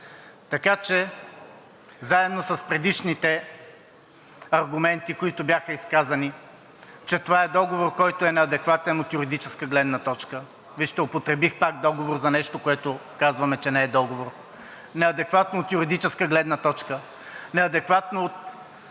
Така че заедно с предишните аргументи, които бяха изказани, че това е договор, който е неадекватен от юридическата гледна точка – вижте, употребих пак договор за нещо, което казваме, че не е договор – неадекватно от юридическа гледна точка, неадекватно от